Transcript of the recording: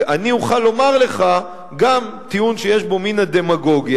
אני אוכל לומר לך גם טיעון שיש בו מן הדמגוגיה,